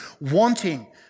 wanting